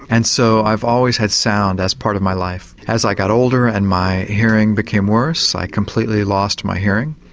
and so i've always had sound as part of my life. as i got older and my hearing became worse i completely lost my hearing,